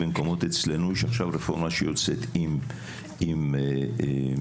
יש עכשיו רפורמה שיוצאת במקומות אצלנו עם מטפלות.